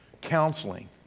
counseling